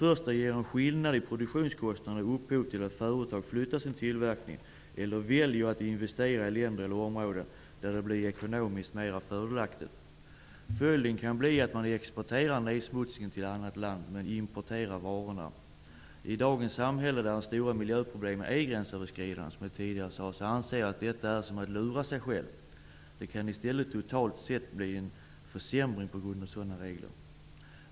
Ett skäl är att skillnader i produktionskostnader leder till att företag flyttar sin tillverkning eller väljer att investera i länder eller områden som är ekonomiskt mera fördelaktiga. Följden kan bli att man exporterar nedsmutsningen till ett annat land, men importerar varorna. I dagens samhälle är stora miljöproblem gränsöverskridande. Jag anser att detta är att lura sig själv. Det kan i stället totalt sett bli en försämring på grund av sådana regler.